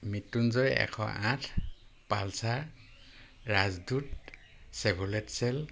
মৃত্যুঞ্জয় এশ আঠ পালছাৰ ৰাজদূত চেভুলেটচেল